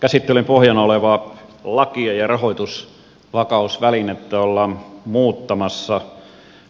käsittelyn pohjana olevaa lakia ja rahoitusvakausvälinettä ollaan muuttamassa